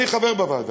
אני חבר בוועדה,